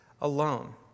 alone